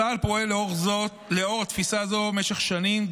צה"ל פועל לאור התפיסה הזאת משך שנים,